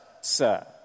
sir